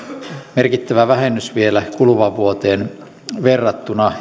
merkittävä vähennys vielä kuluvaan vuoteen verrattuna